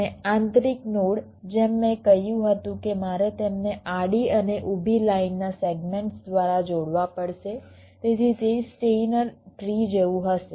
અને આંતરિક નોડ જેમ મેં કહ્યું હતું કે મારે તેમને આડી અને ઊભી લાઈનના સેગમેન્ટ્સ દ્વારા જોડવા પડશે તેથી તે સ્ટેઇનર ટ્રી જેવું હશે